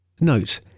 Note